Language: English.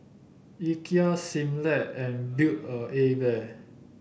Ikea Similac and Build a A Bear